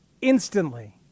instantly